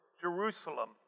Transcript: Jerusalem